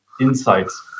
insights